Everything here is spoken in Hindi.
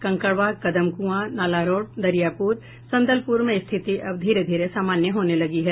कंकड़बाग कदम कुंआं नाला रोड दरियापुर और संदलपुर में स्थिति अब धीरे धीरे सामान्य होने लगी है